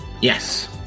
Yes